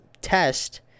test